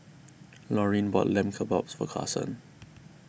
Lorean bought Lamb Kebabs for Karson